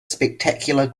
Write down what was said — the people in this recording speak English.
spectacular